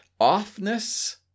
offness